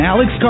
Alex